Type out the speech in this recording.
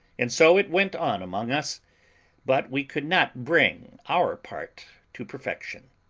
and so it went on among us but we could not bring our part to perfection.